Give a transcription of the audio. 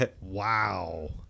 wow